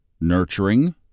nurturing